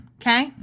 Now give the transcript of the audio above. okay